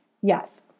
Yes